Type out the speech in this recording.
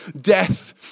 death